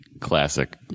classic